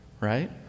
right